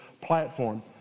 platform